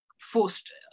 forced